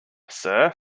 sir